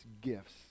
gifts